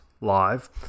live